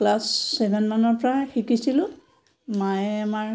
class seven মানৰ পৰা শিকিছিলোঁ মায়ে আমাৰ